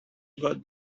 got